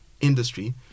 industry